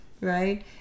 Right